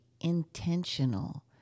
intentional